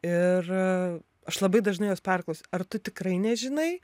ir aš labai dažnai jos perklaus ar tu tikrai nežinai